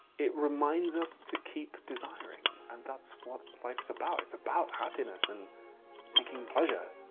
it reminds us to keep desiring and that's what life is about. it's about happiness and seeking pleasure.